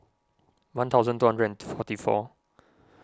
one thousand two hundred and forty four